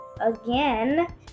Again